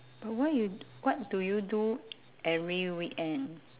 but why you what do you do every weekend